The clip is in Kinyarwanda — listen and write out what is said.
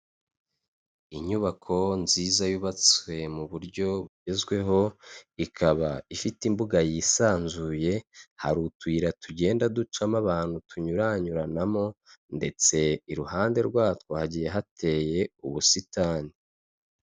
Inyubako nziza yubatswe mu buryo bugezweho, ikaba ifite imbuga yisanzuye, hari utuyira tugenda ducamo abantu tunyuranyuranamo, ndetse iruhande rwatwo hagiye hateye ubusitani.